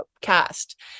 cast